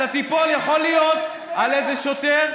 יכול להיות שאתה תיפול על איזה שוטר,